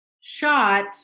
Shot